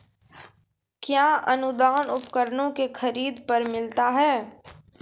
कया अनुदान उपकरणों के खरीद पर मिलता है?